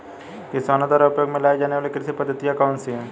किसानों द्वारा उपयोग में लाई जाने वाली कृषि पद्धतियाँ कौन कौन सी हैं?